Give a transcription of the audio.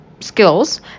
skills